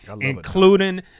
including